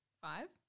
Five